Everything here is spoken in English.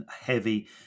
heavy